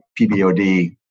PBOD